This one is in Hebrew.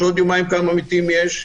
כמה מתים יש.